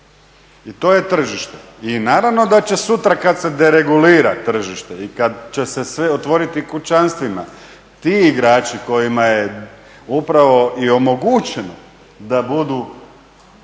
I to je tržište. I naravno da će sutra kad se deregulira tržište i kad će se sve otvoriti kućanstvima, ti igrači kojima je upravo i omogućeno da budu